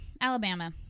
Alabama